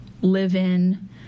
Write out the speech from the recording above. live-in